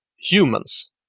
humans